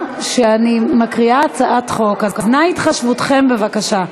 שאני מקריאה הצעת חוק, אז נא התחשבותכם, בבקשה.